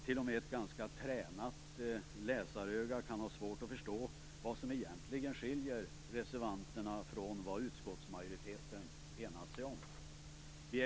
T.o.m. någon med ett ganska tränat läsaröga kan ha svårt att förstå vad som egentligen skiljer reservationen från vad utskottsmajoriteten enat sig kring.